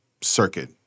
circuit